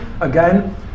again